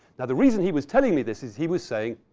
now the reason he was telling me this is he was saying,